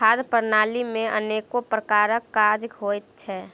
खाद्य प्रणाली मे अनेको प्रकारक काज होइत छै